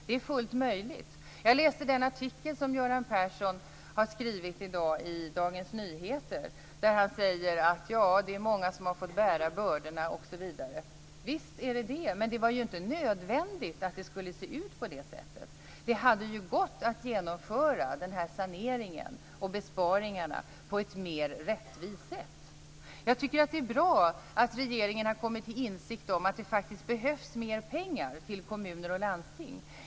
Det är fullt möjligt. Jag läste den artikel som Göran Persson har skrivit i dag i Dagens Nyheter, där han säger att det är många som har fått bära bördorna osv. Visst, men det var inte nödvändigt att det skulle se ut på det sättet. Det hade gått att genomföra saneringen och besparingarna på ett mer rättvist sätt. Jag tycker att det är bra att regeringen har kommit till insikt om att det faktiskt behövs mer pengar till kommuner och landsting.